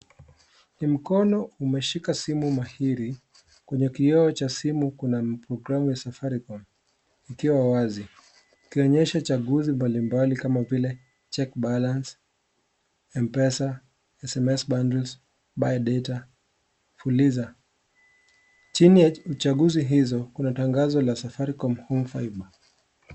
Ni mkono umeshika simu mahiri, kwenye kioo cha simu kuna programu ya safaricom ikiwa wazi ikionyesha chaguzi mbalimbali kama vile check balance, sms bundles , buy data, fuliza . Chini ya uchaguzi hizo kuna tangazo la safaricom home fibre .